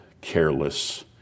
careless